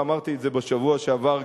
ואמרתי את זה בשבוע שעבר,